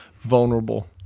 vulnerable